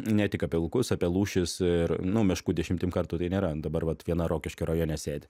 ne tik apie vilkus apie lūšis ir nu meškų dešimtim kartų tai nėra dabar vat viena rokiškio rajone sėdi